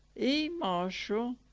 e marshall,